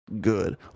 Good